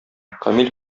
камил